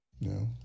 No